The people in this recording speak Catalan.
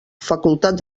facultat